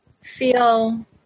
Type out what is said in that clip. feel